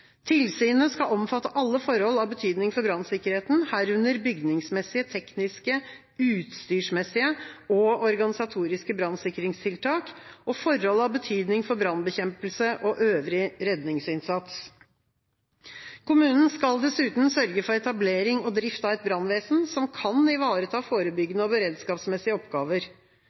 Tilsynet skal omfatte alle forhold av betydning for brannsikkerheten, herunder bygningsmessige, tekniske, utstyrsmessige og organisatoriske brannsikringstiltak, forhold av betydning for brannbekjempelse og øvrig redningsinnsats. Kommunen skal dessuten sørge for etablering og drift av et brannvesen som kan ivareta forebyggende og beredskapsmessige oppgaver.